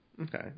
Okay